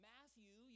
Matthew